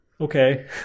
okay